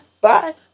bye